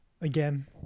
again